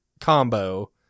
combo